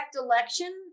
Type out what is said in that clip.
election